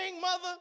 mother